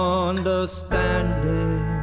understanding